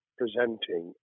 presenting